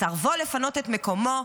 בסרבו לפנות את מקומו,